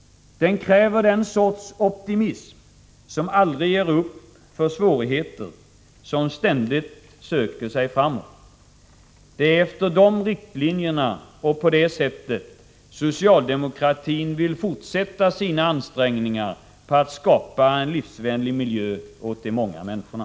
Den kräver den sorts optimism som aldrig ger upp för svårigheter, som ständigt söker sig framåt. Det är efter dessa riktlinjer och på det sättet socialdemokratin vill fortsätta sina ansträngningar för att skapa en livsvänlig miljö åt de många människorna.